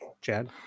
Chad